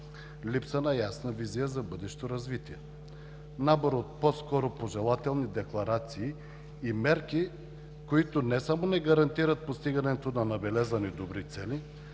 Липса на ясна визия за бъдещо развитие, набор от по-скоро пожелателни декларации и мерки, които не само не гарантират постигането на набелязани добри цели,